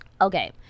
Okay